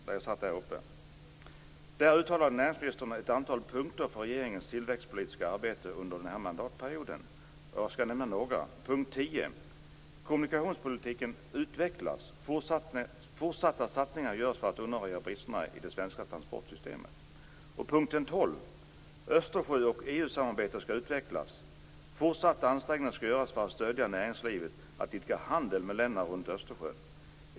Då uttalade näringsministern ett antal punkter för regeringens tillväxtpolitiska arbete under den här mandatperioden. Jag skall nämna några. Fortsatta satsningar görs för att undanröja bristerna i det svenska transportsystemet. Punkten 12: Östersjö och EU-samarbetet skall utvecklas. Fortsatta ansträngningar skall göras för att stödja näringslivet att idka handel med länderna runt Östersjön.